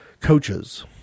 coaches